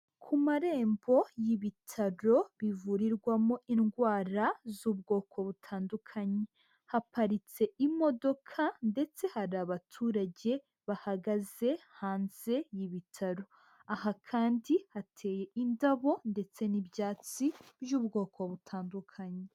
Ku marembo y'ibitaro bivurirwamo indwara z'ubwoko butandukanye, haparitse imodoka ndetse hari abaturage bahagaze hanze y'ibitaro, aha kandi hateye indabo ndetse n'ibyatsi by'ubwoko butandukanye.